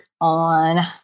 on